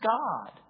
God